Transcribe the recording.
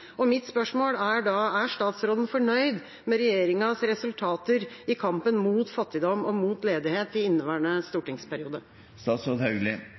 Mitt spørsmål er da: Er statsråden fornøyd med regjeringas resultater i kampen mot fattigdom og mot ledighet i inneværende stortingsperiode?